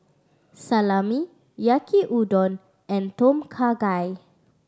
Salami Yaki Udon and Tom Kha Gai